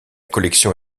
collection